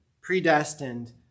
predestined